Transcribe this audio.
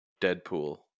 Deadpool